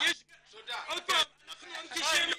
עוד פעם, אנחנו אנטישמיים,